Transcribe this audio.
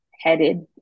headed